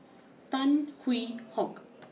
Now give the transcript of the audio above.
Tan Hwee Hock